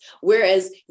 whereas